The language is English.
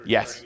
Yes